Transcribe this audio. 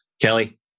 Kelly